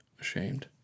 Ashamed